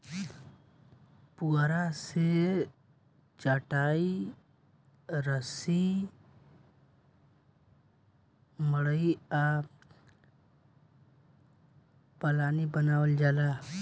पुआरा से चाटाई, रसरी, मड़ई आ पालानी बानावल जाला